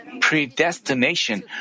predestination